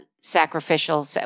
sacrificial